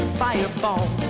fireball